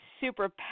super